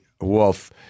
Wolf